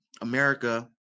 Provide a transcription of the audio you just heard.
america